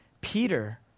Peter